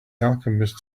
alchemist